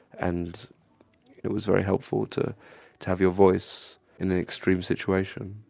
and it was very helpful to to have your voice in an extreme situation.